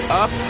up